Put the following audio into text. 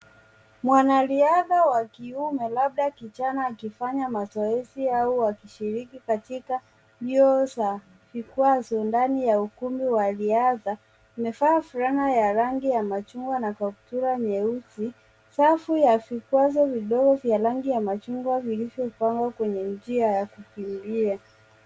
Mwanariadha wa kiume, labda kijana akifanya mazoezi au akishiriki katika mbio za vikwazo ndani ya ukumbi wa riadha. Amevaa fulana ya rangi ya machungwa na kaptura nyeusi. Safu ya vikwazo vidogo vya rangi ya machungwa vilivyopangwa kwenye njia ya kukimbia.